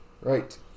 Right